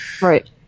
Right